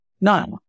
None